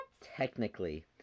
Technically